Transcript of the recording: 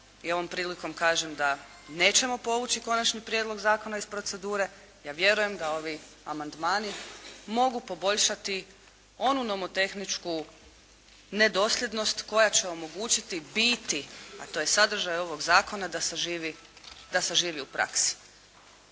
I ovom prilikom kažem da nećemo povući konačni prijedlog zakona iz procedure, ja vjerujem da ovi amandmani mogu poboljšati onu nomotehničku nedosljednost koja će omogućiti biti, a to je sadržaj ovoga zakona da zaživi, da